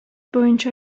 боюнча